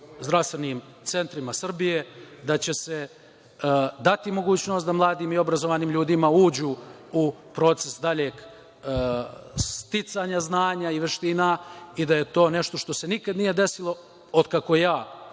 zdravstvenim centrima Srbije, da će se dati mogućnost da mladim i obrazovanim ljudima uđu u proces daljeg sticanja znanja i veština i da je to nešto što se nikad nije desilo od kako ja